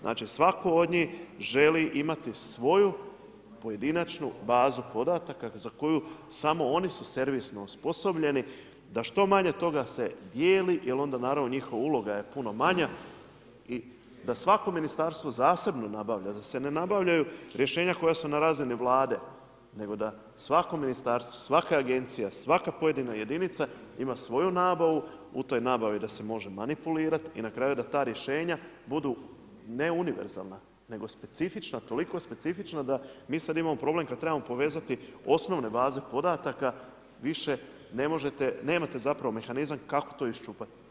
Znači svatko od njih želi imati svoju pojedinačnu bazu podataka za koju samo oni su servisno osposobljeni da što manje toga se dijeli jer onda naravno njihova uloga je puno manja i da svako ministarstvo zasebno nabavlja, da se ne nabavljaju rješenja koja su na razini Vlade nego da svako ministarstvo, svaka agencija, svaka pojedina jedinica ima svoju nabavu, u toj nabavi da se može manipulirati i na kraju da ta rješenja budu ne univerzalna nego specifična, toliko specifična da mi sada imamo problem kada trebamo povezati osnovne baze podataka, više ne možete, nemate zapravo mehanizam kako to iščupati.